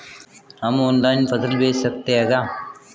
हम ऑनलाइन फसल बेच सकते हैं क्या?